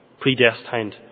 predestined